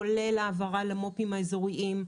כולל העברה למו"פים האזוריים,